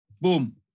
Boom